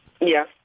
Yes